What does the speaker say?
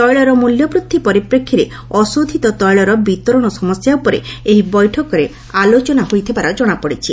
ତୈଳର ମୂଲ୍ୟବୃଦ୍ଧି ପରିପ୍ରେକ୍ଷୀରେ ଅଶୋଧିତ ତୈଳର ବିତରଣ ସମସ୍ୟା ଉପରେ ଏହି ବୈଠକରେ ଆଲୋଚନା ହୋଇଥିବାର ଜଣାପଡ଼ିଛି